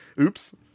oops